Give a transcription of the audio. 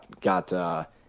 got